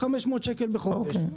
500 שקל בחודש.